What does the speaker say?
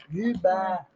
Goodbye